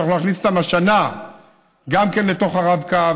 שאנחנו נכניס גם אותן השנה לתוך הרב-קו,